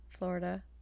Florida